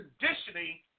conditioning